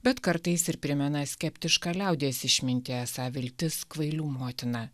bet kartais ir primena skeptišką liaudies išmintį esą viltis kvailių motina